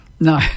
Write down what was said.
No